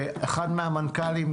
אחד מהמנכ"לים,